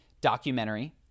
documentary